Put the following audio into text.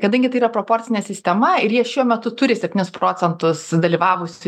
kadangi tai yra proporcinė sistema ir jie šiuo metu turi septynis procentus dalyvavusių